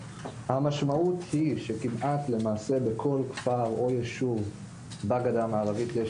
המשמעות היא שכמעט למעשה בכל כפר או יישוב בגדה המערבית יש